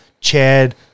Chad